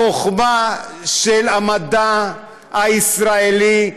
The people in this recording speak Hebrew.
החוכמה של המדע הישראלי,